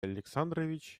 александрович